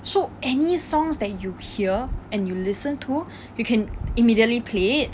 so any songs that you hear and you listen to you can immediately play it